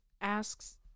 asks